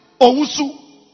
Ousu